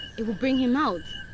it will bring him out.